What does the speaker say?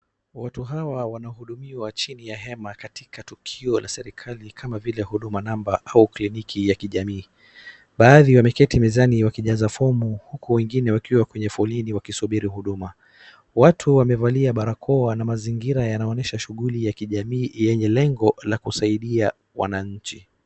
Watu hawa wanahudumiwa chini ya hema katika tukio la serikali kama vile huduma number au kliniki ya kijamii. Baadhi wameketi mezani wakijaza fomu huku wengine wakiwa kwenye foleni wakisubiri huduma. Watu wamevalia barakoa na mazingira yanaonyesha shughuli ya kijamii yenye lengo la kusaidia wananchi.